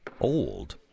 old